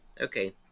okay